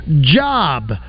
job